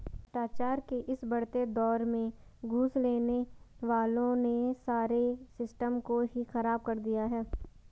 भ्रष्टाचार के इस बढ़ते दौर में घूस लेने वालों ने सारे सिस्टम को ही खराब कर दिया है